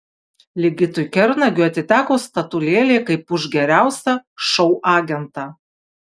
ligitui kernagiui atiteko statulėlė kaip už geriausią šou agentą